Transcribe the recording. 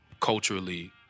culturally